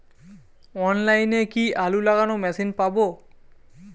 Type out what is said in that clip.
অনলাইনে কি আলু লাগানো মেশিন পাব?